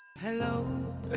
hello